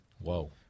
Whoa